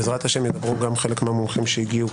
בעזרת השם ידברו גם חלק מהמומחים שהגיעו,